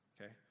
okay